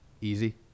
Easy